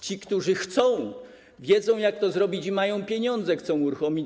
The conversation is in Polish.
Ci, którzy chcą, wiedzą, jak to zrobić, i mają pieniądze, chcą uruchomić.